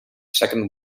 second